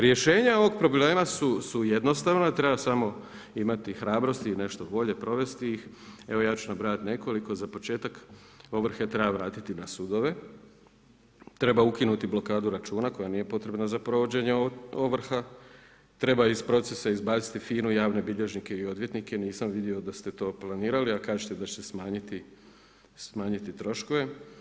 Rješenja ovog problema su jednostavna, treba samo imati hrabrosti i nešto volje provesti ih, evo ja ću nabrajat nekoliko, za početak ovrhe treba vratiti na sudove, treba ukinuti blokadu računa koja nije potrebna za provođenje ovrha, treba iz procesa izbaciti FINA-u, javne bilježnike i odvjetnika, nisam vidio da ste to planirali a kažete da će smanjiti troškove.